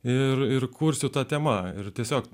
ir ir kursiu ta tema ir tiesiog